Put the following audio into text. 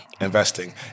investing